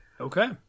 okay